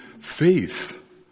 faith